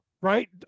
right